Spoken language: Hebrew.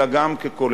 אלא גם כקולקטיב,